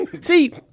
See